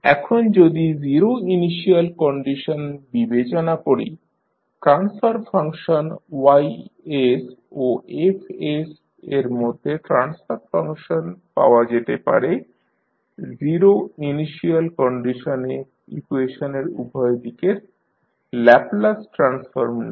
এখন যদি যদি জিরো ইনিশিয়াল কন্ডিশন বিবেচনা করি ট্রান্সফার ফাংশন Y ও F এর মধ্যে ট্রান্সফার ফাংশন পাওয়া যেতে পারে জিরো ইনিশিয়াল কন্ডিশনে ইকুয়েশনের উভয় দিকের ল্যাপলাস ট্রান্সফর্ম নিয়ে